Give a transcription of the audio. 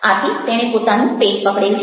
આથી તેણે પોતાનું પેટ પકડેલ છે